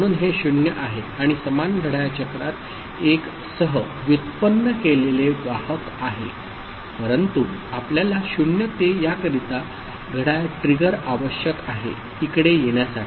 म्हणून हे 0 आहे आणि समान घड्याळ चक्रात 1 सह व्युत्पन्न केलेले वाहक आहे परंतु आपल्याला 0 ते याकरिता घड्याळ ट्रिगर आवश्यक आहे इकडे येण्यासाठी